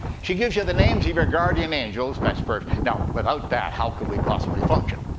she gives you the names of your guardian angels, that's first. now, without that, how could we possibly function?